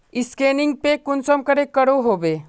Scanning पे कुंसम करे करो होबे?